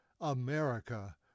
America